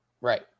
Right